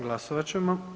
Glasovat ćemo.